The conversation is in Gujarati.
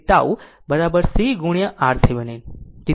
તેથી ટાઉ C ગુણ્યા RThevenin